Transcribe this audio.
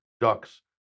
ducks